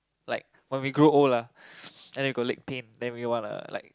like when we grow old lah then we leg pain then we wanna like